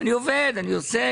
אני עובד, אני עושה.